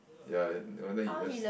ya then one time he just